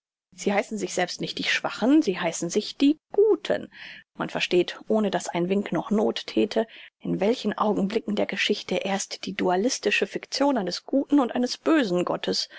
sie heißen sich selbst nicht die schwachen sie heißen sich die guten man versteht ohne daß ein wink noch noth thäte in welchen augenblicken der geschichte erst die dualistische fiktion eines guten und eines bösen gottes